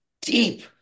deep